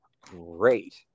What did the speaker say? great